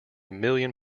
million